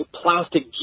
plastic